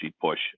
push